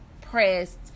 pressed